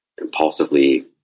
impulsively